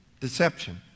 Deception